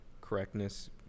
correctness